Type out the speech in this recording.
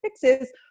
fixes